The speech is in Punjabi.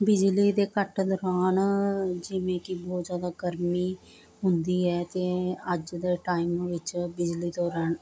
ਬਿਜਲੀ ਦੇ ਕੱਟ ਲਗਾਉਣ ਜਿਵੇਂ ਕਿ ਬਹੁਤ ਜਿਆਦਾ ਗਰਮੀ ਹੁੰਦੀ ਹੈ ਅਤੇ ਅੱਜ ਦੇ ਟਾਈਮ ਵਿੱਚ ਬਿਜਲੀ ਤੋਂ ਰਹਿਣ